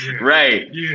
Right